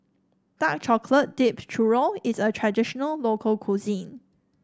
Dark Chocolate Dipped Churro is a traditional local cuisine